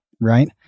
right